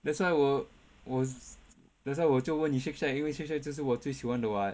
that's why 我我 that's why 我就问你 Shake Shack 因为 Shake Shack 就是我最喜欢的 [what]